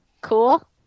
cool